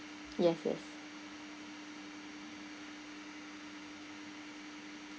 yes yes